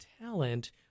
talent